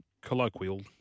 colloquial